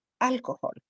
alcohol